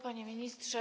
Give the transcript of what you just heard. Panie Ministrze!